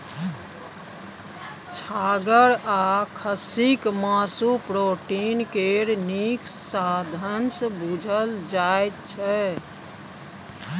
छागर आ खस्सीक मासु प्रोटीन केर नीक साधंश बुझल जाइ छै